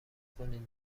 کنین